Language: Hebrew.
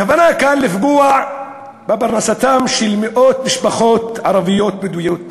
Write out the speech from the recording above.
הכוונה כאן לפגוע בפרנסתן של מאות משפחות ערביות בדואיות,